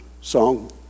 song